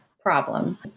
problem